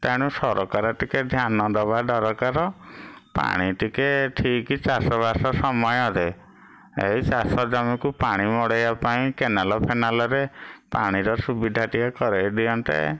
ତେଣୁ ସରକାର ଟିକିଏ ଧ୍ୟାନଦେବା ଦରକାର ପାଣି ଟିକିଏ ଠିକ୍ ଚାଷବାସ ସମୟରେ ଏଇ ଚାଷ ଜମିକୁ ପାଣି ମଡ଼େଇବା ପାଇଁ କେନାଲଫେନାଲରେ ପାଣିର ସୁବିଧା ଟିକିଏ କରେଇ ଦିଅନ୍ତେ